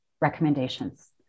recommendations